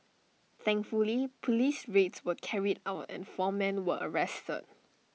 thankfully Police raids were carried out and four men were arrested